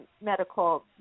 medical